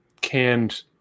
canned